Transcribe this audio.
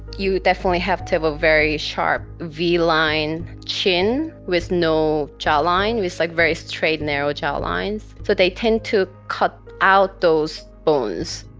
you definitely have to have a very sharp v line chin with no jawline, with like very straight narrow jawlines, so they tend to cut out those bones.